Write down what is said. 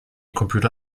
computer